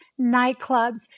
nightclubs